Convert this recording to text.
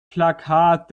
plakat